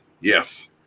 Yes